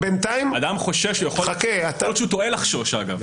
אדם חושש, ואגב, יכול להיות שהוא טועה לחשוש.